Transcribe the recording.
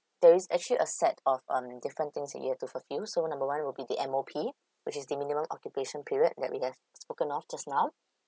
there is actually a set of um different things that you have to fulfill so the number one will be the M_O_P which is the minimum occupation period that we have spoke off just now